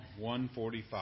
145